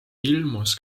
ilmus